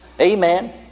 Amen